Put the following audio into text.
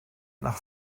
nach